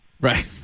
Right